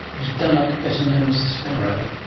is dunnock better known as the sparrow?